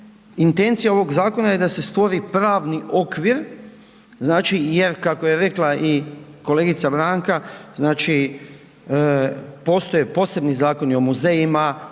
intencija ovog zakona je da se stvori pravni okvir znači jer kako je rekla i kolegica Branka znači postoje posebni zakoni o muzejima,